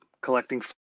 collecting